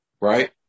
right